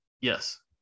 Yes